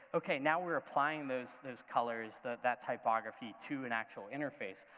okay, now we're applying those those colors, that that typography to an actual interface,